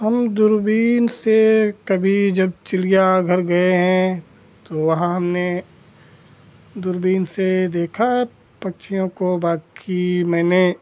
हम दूरबीन से कभी जब चिड़ियाघर गए हैं तो वहाँ हमने दूरबीन से देखा है पक्षियों को बाकी मैंने